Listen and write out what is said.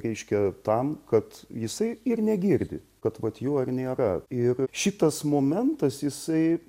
reiškia tam kad jisai ir negirdi kad vat jų ir nėra ir šitas momentas jisai